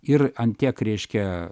ir ant tiek reiškia